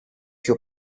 più